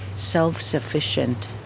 self-sufficient